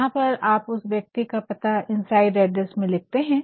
यहाँ पर आप उस व्यक्ति का पता इनसाइड एड्रेस में लिखते है